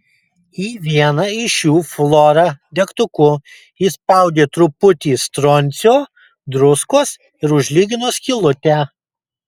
į vieną iš jų flora degtuku įspaudė truputį stroncio druskos ir užlygino skylutę